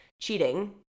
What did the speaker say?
cheating